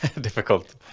difficult